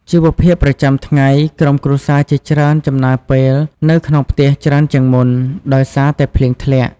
ជីវភាពប្រចាំថ្ងៃ ក្រុមគ្រួសារជាច្រើនចំណាយពេលនៅក្នុងផ្ទះច្រើនជាងមុន ដោយសារតែភ្លៀងធ្លាក់។